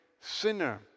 sinner